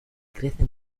crece